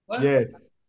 Yes